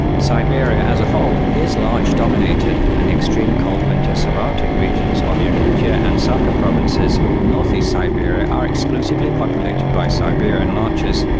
siberia as a whole is larch dominated, and the extreme cold winter subarctic regions of yakutia and sakha provinces and ne siberia are exclusively populated by siberian and larches,